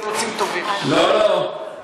תירוצים טובים, לא, לא.